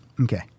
Okay